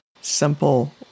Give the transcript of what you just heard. simple